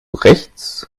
rechts